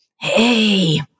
Hey